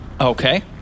okay